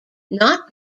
not